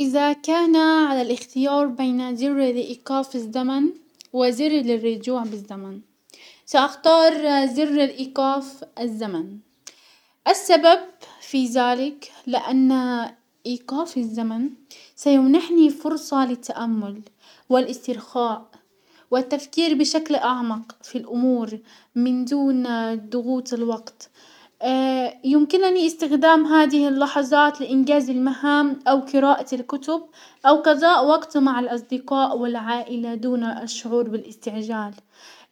اذا كان على الاختيار بين زر الايقاف الزمن وزر للرجوع بالزمن، ساختار زر الايقاف الزمني. السبب في زلك لان ايقاف الزمن سيمنحني فرصة للتأمل والاسترخاء والتفكير بشكل اعمق في الامور من دون ضغوط الوقت. يمكنني استخدام هذه اللحظات لانجاز المهام او قراءة الكتب، او كظاء وقته مع الاصدقاء والعائلة دون الشعور الاستعجال،